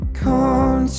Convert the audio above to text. come